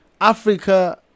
Africa